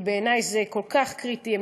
כי בעיני זה כל כך קריטי.